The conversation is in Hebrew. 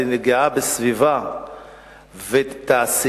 לנגיעה בסביבה ולתעשייה